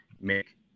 make